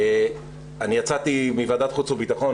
אני יצאתי מוועדת חוץ וביטחון,